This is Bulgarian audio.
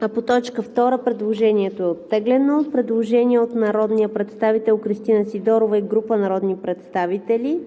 а по т. 2 предложението е оттеглено. Предложение на народния представител Кристина Сидорова и група народни представители: